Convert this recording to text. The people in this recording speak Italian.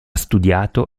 studiato